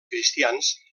cristians